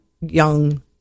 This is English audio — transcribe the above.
young